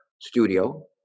studio